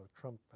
Trump